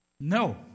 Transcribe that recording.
No